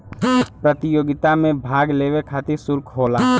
प्रतियोगिता मे भाग लेवे खतिर सुल्क होला